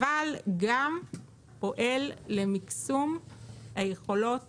אבל גם פועל למיקסום היכולות